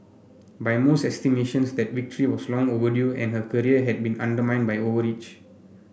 by most estimations that victory was long overdue and her career had been undermined by overreach